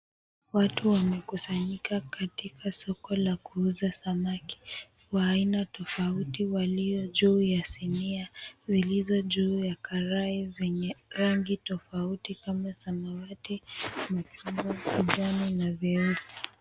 Watu wamekusanyika katika soko la kuuza samaki wa aina tofauti walio juu ya sinia zilizo juu ya karai zenye rangi tofauti kama: samawati, machungwa, kijani, na viazi.